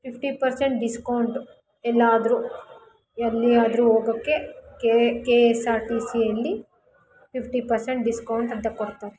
fifty percent discount ಎಲ್ಲಾದರೂ ಎಲ್ಲಿಯಾದರೂ ಹೋಗೋಕೆ ಕೆ ಎಸ್ ಆರ್ ಟಿ ಸಿಯಲ್ಲಿ ಫಿಫ್ಟಿ ಪರ್ಸೆಂಟ್ ಡಿಸ್ಕೌಂಟ್ ಅಂತ ಕೊಡ್ತಾರೆ